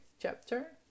chapter